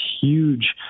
huge